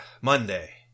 Monday